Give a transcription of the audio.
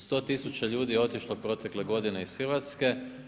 100 tisuća ljudi je otišlo protekle godine iz Hrvatske.